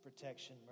protection